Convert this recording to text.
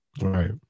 Right